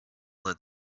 that